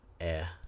air